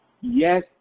yes